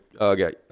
Okay